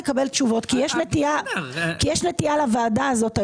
אבל אני רוצה לקבל תשובות כי יש נטייה לוועדה הזאת,